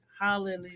Hallelujah